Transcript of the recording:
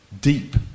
deep